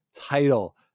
title